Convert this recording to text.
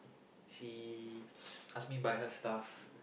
she ask me buy her stuff